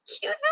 cute